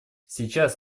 сейчас